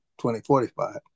2045